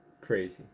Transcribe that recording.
crazy